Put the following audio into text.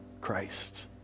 Christ